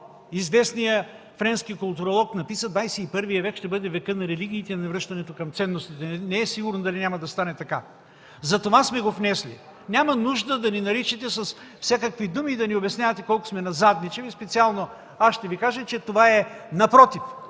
известният френски културолог, написа: „Двадесет и първи век ще бъде векът на религиите и на връщането към ценностите”. Не е сигурно дали няма да стане така. Затова сме го внесли. Няма нужда да ни наричате с всякакви думи и да ни обяснявате колко сме назадничави. Специално аз ще Ви кажа, че напротив